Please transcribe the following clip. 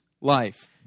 life